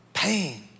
Pain